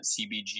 CBG